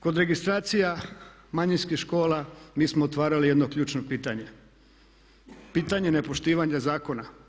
Kod registracija manjinskih škola, mi smo otvarali jedno ključno pitanje, pitanje nepoštivanja zakona.